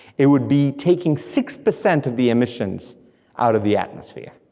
it would be taking six percent of the emissions out of the atmosphere,